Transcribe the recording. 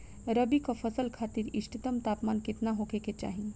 रबी क फसल खातिर इष्टतम तापमान केतना होखे के चाही?